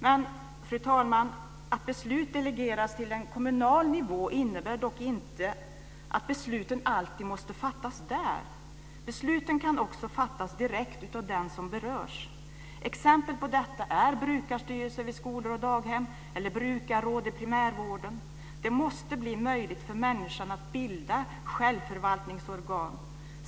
Men, fru talman, att beslut delegeras till en kommunal nivå innebär inte att besluten alltid måste fattas där. Besluten kan också fattas direkt av den som berörs. Exempel på detta är brukarstyrelser vid skolor och daghem eller brukarråd i primärvården. Det måste bli möjligt för människan att bilda självförvaltningsorgan.